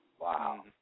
Wow